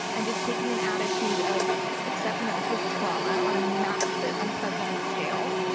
and just taking an attitude of accepting that this was trauma on a massive unprecedented scale.